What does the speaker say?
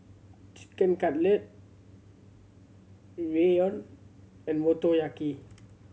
Chicken Cutlet Ramyeon and Motoyaki